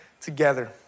together